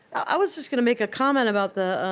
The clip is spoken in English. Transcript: i was just going to make a comment about the